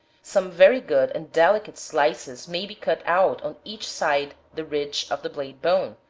some very good and delicate slices may be cut out on each side the ridge of the blade bone,